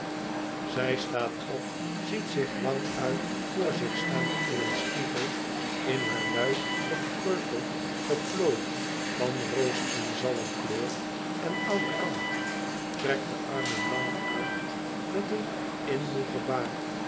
zij staat op ziet zich lang-uit voor zich staan in een spiegel in haar lui verkreukt geplooi van roos en zalmkleur en oude kant rekt de armen lang uit met een in moê gebaar